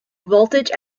voltage